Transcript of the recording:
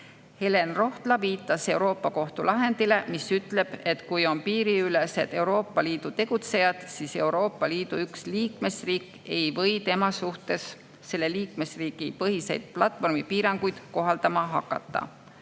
Helen Rohtla viitas Euroopa Kohtu lahendile, mis ütleb, et kui on piiriülesed Euroopa Liidus tegutsejad, siis Euroopa Liidu üks liikmesriik ei või nende suhtes selle liikmesriigi põhiseid platvormipiiranguid kohaldama hakata.